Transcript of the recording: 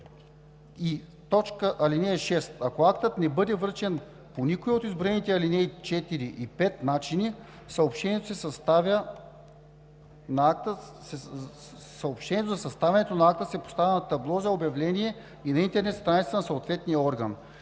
и съобщения. (6) Ако актът не бъде връчен по никой от изброените в алинеи 4 и 5 начини, съобщението за съставянето на акта се поставя на табло за обявления и на интернет страницата на съответния орган“.